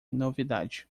novidade